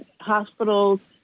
hospitals